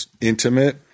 intimate